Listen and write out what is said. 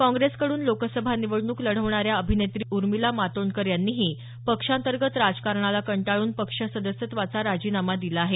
काँग्रेसकडून लोकसभा निवडणूक लढवणाऱ्या अभिनेत्री उर्मिला मातोंडकर यांनीही पक्षांतर्गत राजकारणाला कंटाळून पक्ष सदस्यत्वाचा राजीनामा दिला आहे